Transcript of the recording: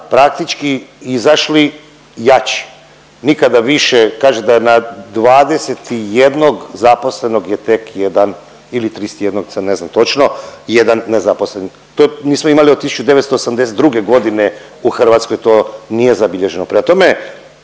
praktički izašli jači. Nikada više kaže da na 21. zaposlenog je tek 1 ili 31., sad ne znam točno 1 nezaposleni. To nismo imali od 1982. godine u Hrvatskoj to nije zabilježeno. Prema tome,